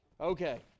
Okay